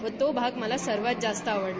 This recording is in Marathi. व तो भाग मला सर्वात जास्त आवडला